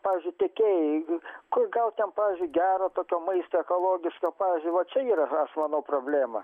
pavyzdžiui tiekėjai kur gaut ten pavyzdžiui gero tokio maisto ekologiško pavyzdžiui va čia yra aš manau problėma